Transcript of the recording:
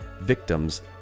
victims